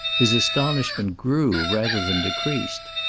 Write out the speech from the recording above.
his astonishment grew, rather than decreased.